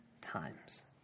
times